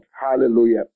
Hallelujah